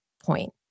point